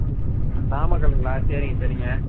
ம் நாமக்கலுங்களா சரிங்க சரிங்க